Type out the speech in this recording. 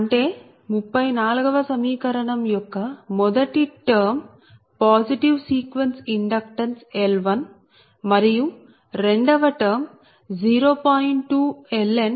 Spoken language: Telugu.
అంటే 34 వ సమీకరణం యొక్క మొదటి టర్మ్ పాజిటివ్ సీక్వెన్స్ ఇండక్టెన్స్ L1మరియు రెండవ టర్మ్ 0